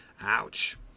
Ouch